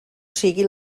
sigui